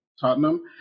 Tottenham